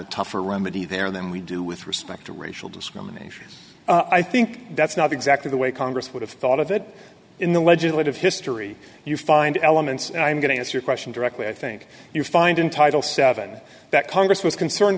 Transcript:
a tougher remedy there than we do with respect to racial discrimination i think that's not exactly the way congress would have thought of it in the legislative history you find elements and i'm going to answer your question directly i think you find in title seven that congress was concerned